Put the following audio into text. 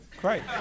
Great